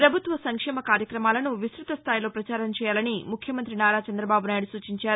ప్రభుత్వ సంక్షేమ కార్యక్రమాలను విస్తృతస్థాయిలో పచారం చేయాలని ముఖ్యమంత్రి నారా చంద్రదబాబు నాయుడు సూచించారు